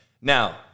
Now